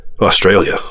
Australia